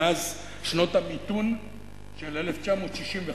מאז שנות המיתון של 1965,